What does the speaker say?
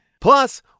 Plus